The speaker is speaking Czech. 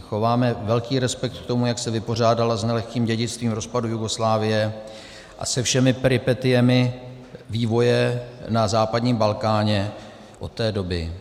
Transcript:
Chováme velký respekt k tomu, jak se vypořádala s nelehkým dědictvím rozpadu Jugoslávie a se všemi peripetiemi vývoje na západním Balkáně od té doby.